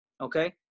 okay